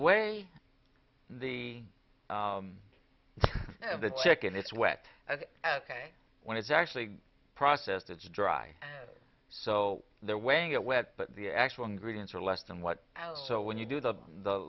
weigh the chicken it's wet ok when it's actually processed it's dry so they're weighing it wet but the actual ingredients are less than what so when you do the